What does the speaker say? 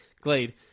glade